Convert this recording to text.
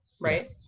right